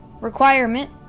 requirement